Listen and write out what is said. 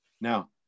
Now